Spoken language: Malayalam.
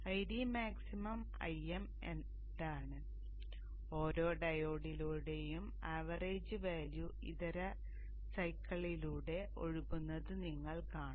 Id മാക്സിമം Im ഇതാണ് ഓരോ ഡയോഡിലൂടെയും ആവറേജ് വാല്യൂ ഇതര സൈക്കിളുകളിലൂടെ ഒഴുകുന്നത് നിങ്ങൾ കാണും